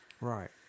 Right